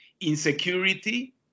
insecurity